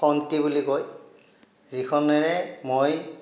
খন্তি বুলি কয় যিখনেৰে মই